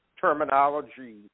terminology